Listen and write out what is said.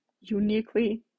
Uniquely